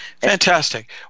fantastic